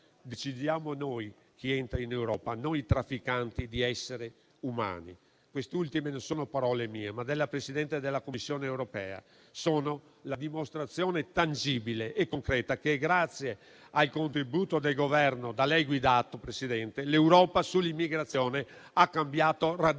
«Decidiamo noi chi entra in Europa, non i trafficanti di esseri umani»; queste ultime non sono parole mie, ma della presidente della Commissione europea. Sono la dimostrazione tangibile e concreta che grazie al contributo del Governo da lei guidato, Presidente, l'Europa sull'immigrazione ha cambiato radicalmente